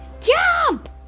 Jump